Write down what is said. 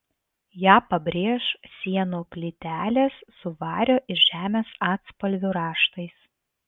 ją pabrėš sienų plytelės su vario ir žemės atspalvių raštais